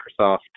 Microsoft